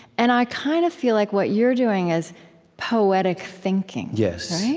and i kind of feel like what you're doing is poetic thinking. yes,